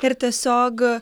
ir tiesiog